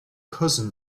cousin